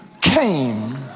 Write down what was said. came